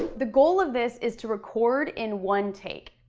the goal of this is to record in one take.